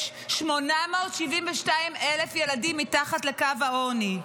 יש 872,000 ילדים מתחת לקו העוני.